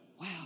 Wow